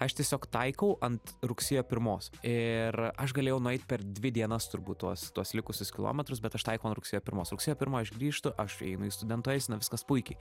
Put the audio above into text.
aš tiesiog taikau ant rugsėjo pirmos ir aš galėjau nueit per dvi dienas turbūt tuos tuos likusius kilometrus bet aš taikau ant rugsėjo pirmos rugsėjo pirmą aš grįžtu aš įeinu į studentų eiseną viskas puikiai